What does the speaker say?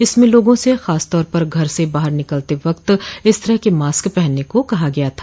इसमें लोगों से खास तौर पर घर से बाहर निकलते वक्त इस तरह के मास्क पहनने को कहा गया था